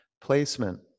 Placement